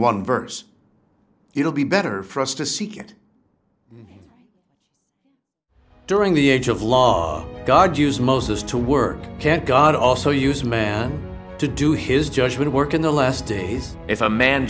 one verse it'll be better for us to seek it during the age of law god use moses to work can't god also use man to do his judgement work in the last days if a man